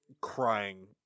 crying